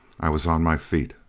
i was on my feet.